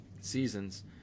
seasons